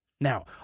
Now